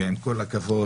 ועם כל הכבוד